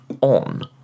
on